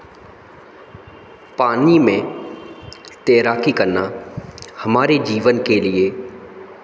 पानी में तेराकी करना हमारे जीवन के लिए